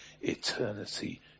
eternity